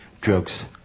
drugs